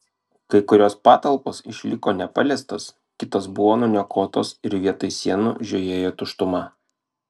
kai kurios patalpos išliko nepaliestos kitos buvo nuniokotos ir vietoj sienų žiojėjo tuštuma